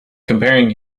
comparing